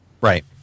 right